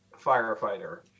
firefighter